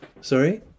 Sorry